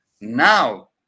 Now